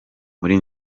muri